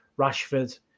Rashford